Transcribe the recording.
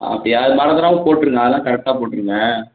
okay அதை மறந்துவிடாம போட்டுருங்க அதெல்லாம் கரெக்டாக போட்டுருங்க